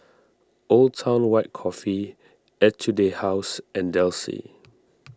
Old Town White Coffee Etude House and Delsey